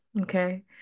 Okay